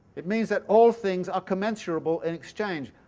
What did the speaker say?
it means that all things are commensurable in exchange.